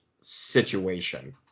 situation